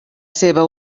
seva